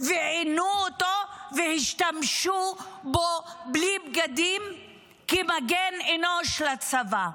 ועינו אותו והשתמשו בו בלי בגדים כמגן אנושי לצבא.